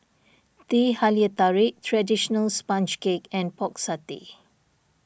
Teh Halia Tarik Traditional Sponge Cake and Pork Satay